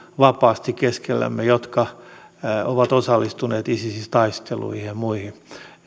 vapaasti keskellämme jotka ovat osallistuneet isisissä taisteluihin ja muihin